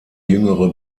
jüngere